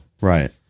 Right